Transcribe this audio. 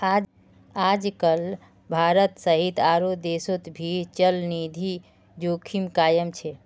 आजकल भारत सहित आरो देशोंत भी चलनिधि जोखिम कायम छे